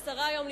השרה היום,